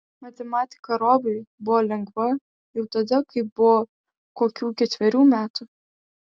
matematika robiui buvo lengva jau tada kai buvo kokių ketverių metų